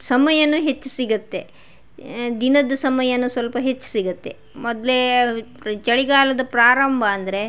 ಸಮಯನೂ ಹೆಚ್ಚು ಸಿಗುತ್ತೆ ದಿನದ ಸಮಯನು ಸ್ವಲ್ಪ ಹೆಚ್ಚು ಸಿಗುತ್ತೆ ಮೊದಲೇ ಚಳಿಗಾಲದ ಪ್ರಾರಂಭ ಅಂದರೆ